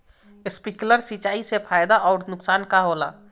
Sprinkler सिंचाई से फायदा अउर नुकसान का होला?